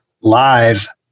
live